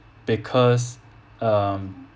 because um